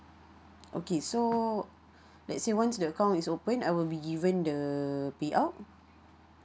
okay so let say once the account is open I will be given the pay out